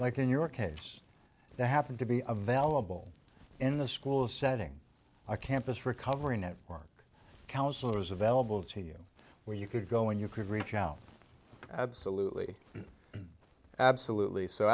like in your cage they happened to be a valuable in the school setting our campus recovery network counselors available to you where you could go and you could reach out absolutely absolutely so